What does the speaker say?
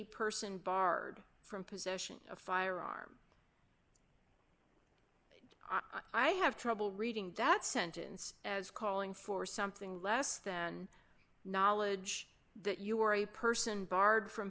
person barred from possession of firearm i have trouble reading that sentence as calling for something less than knowledge that you are a person barred from